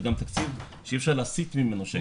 זה גם תקציב שאי אפשר להסיט ממנו שקל.